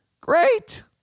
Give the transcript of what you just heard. Great